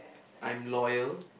I'm loyal